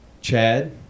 Chad